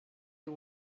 you